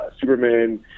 superman